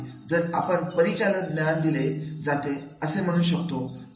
जर आपण परिचालन ज्ञान दिले जाते असे म्हणू शकतो